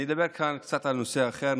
אני אדבר כאן קצת על נושא אחר,